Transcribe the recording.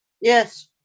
Yes